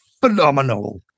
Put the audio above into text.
phenomenal